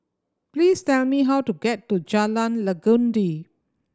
please tell me how to get to Jalan Legundi